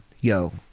yo